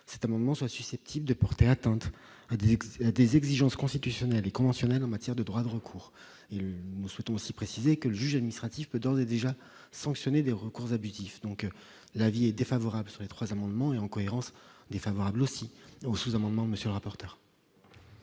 c'est un moment soit susceptibles de porter atteinte début des exigences constitutionnelles et conventionnelles en matière de droits de recours, il souhaite aussi préciser que le juge administratif peut d'ores et déjà sanctionné des recours abusifs donc l'avis est défavorable sur les 3 amendements et en cohérence défavorable aussi au sous-amendement, monsieur le rapporteur.